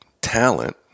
talent